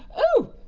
oh!